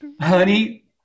Honey